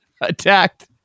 attacked